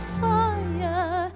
fire